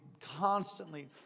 constantly